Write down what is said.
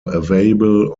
available